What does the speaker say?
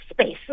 space